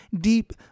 deep